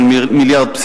של 1.2 מיליארד.